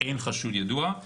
אין חשוד ידוע.